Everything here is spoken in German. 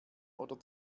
oder